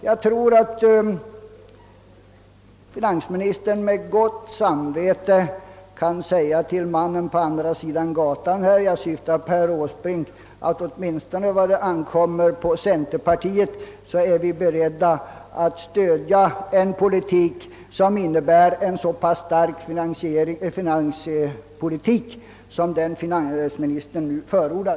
Jag tror att finansministern lugnt kan säga till mannen på andra sidan gatan — jag syftar på Per Åsbrink — att åtminstone vi inom centerpartiet är beredda att stödja en så pass stark finanspolitik som den finansministern här förordar.